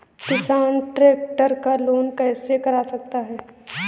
किसान ट्रैक्टर का लोन कैसे करा सकता है?